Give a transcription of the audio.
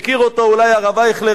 מכיר אותו אולי הרב אייכלר,